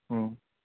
ہوں